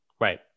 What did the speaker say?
Right